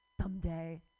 someday